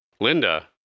Linda